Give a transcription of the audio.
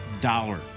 dollar